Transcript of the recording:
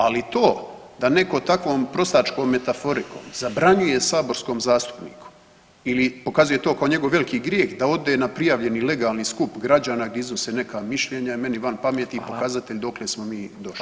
Ali to da netko takvom prostačkom metaforikom zabranjuje saborskom zastupniku ili pokazuje to kao njegov veliki grijeh da ode na prijavljeni legalni skup građana gdje iznose neka mišljenja je meni van pameti [[Upadica: Hvala.]] i pokazatelj dokle smo mi došli.